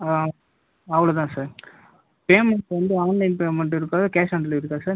ஆ அவ்வளோ தான் sir payment வந்து ஆன்லைன் பேமெண்ட்டு இருக்கா இல்லை கேஷ் ஆன் டெலிவரி இருக்கா சார்